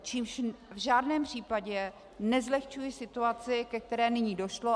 Čímž v žádném případě nezlehčuji situaci, ke které nyní došlo.